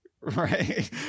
right